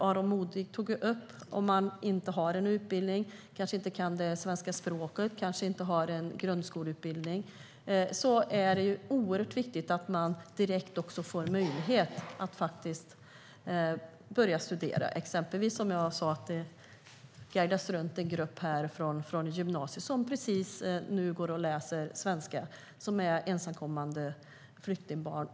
Aron Modig tog ju upp att om man inte har en utbildning, kanske inte kan det svenska språket och kanske inte har en grundskoleutbildning så är det oerhört viktigt att man direkt får möjlighet att börja studera. Som jag sa guidades det runt en grupp här från gymnasiet som är ensamkommande flyktingbarn och som nu går och läser svenska.